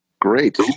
great